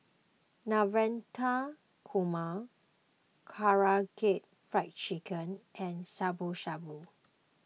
Navratan Korma Karaage Fried Chicken and Shabu Shabu